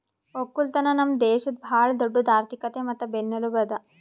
ಒಕ್ಕಲತನ ನಮ್ ದೇಶದ್ ಭಾಳ ದೊಡ್ಡುದ್ ಆರ್ಥಿಕತೆ ಮತ್ತ ಬೆನ್ನೆಲುಬು ಅದಾ